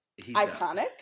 iconic